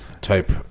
type